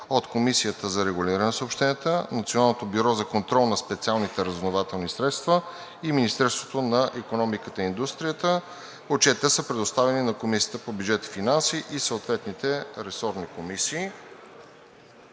от Комисията за регулиране на съобщенията, Националното бюро за контрол на специалните разузнавателни средства и Министерството на икономиката и индустрията. Отчетите са предоставени на Комисията по бюджет и финанси и съответните ресорни комисии.